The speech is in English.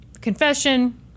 Confession